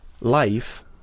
life